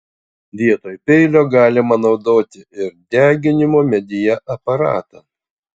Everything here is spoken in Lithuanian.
vietoj peilio galima naudoti ir deginimo medyje aparatą